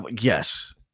Yes